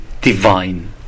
divine